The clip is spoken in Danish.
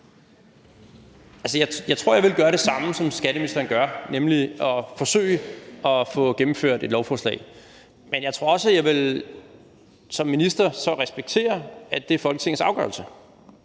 jeg tror, jeg ville gøre det samme, som skatteministeren gør, nemlig at forsøge at få gennemført et lovforslag, men jeg tror også, at jeg som minister ville respektere, at det er Folketingets afgørelse.